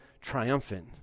triumphant